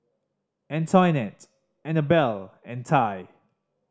Antionette Annabell and Tai